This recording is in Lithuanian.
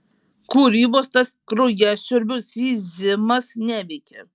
kūrybos tas kraujasiurbių zyzimas neveikia